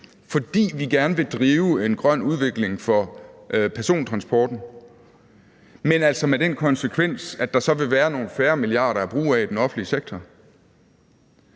fordi vi gerne vil drive en grøn udvikling for persontransporten, men altså med den konsekvens, at der så vil være nogle færre milliarder at bruge af i den offentlige sektor.